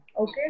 Okay